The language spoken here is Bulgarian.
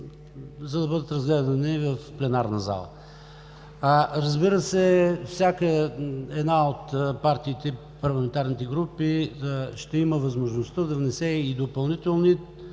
за да бъдат разгледани и в пленарна зала. Разбира се, всяка една от партиите и парламентарните групи ще има възможността да внесе и допълнителни